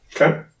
Okay